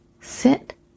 Sit